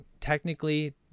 technically